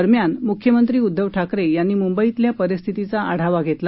दरम्यान मुख्यमंत्री उद्दव ठाकरे यांनी मुंबईतल्या परिस्थितीचा आढावा घेतला